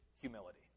humility